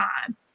time